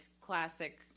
classic